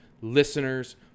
listeners